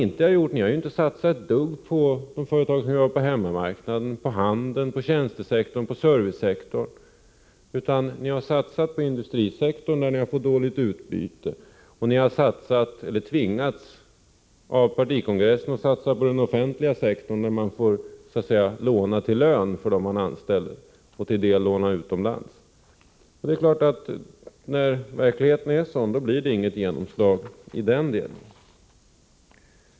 Ni har inte satsat ett dugg på företagen på hemmamarknaden, på handeln, på tjänstesektorn och på servicesektorn, utan ni har satsat på industrisektorn och ni har fått dåligt utbyte. Ni har också tvingats av partikongressen att satsa på den offentliga sektorn där man får låna till lön för dem man anställer, och därtill låna utomlands. Det är klart att när verkligheten är sådan blir det inget genomslag i den delen.